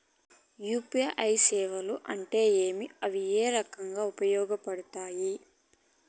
UPI సేవలు అంటే ఏమి, అవి ఏ రకంగా ఉపయోగపడతాయి పడతాయి?